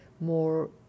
more